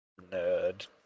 Nerd